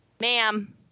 ma'am